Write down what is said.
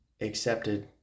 accepted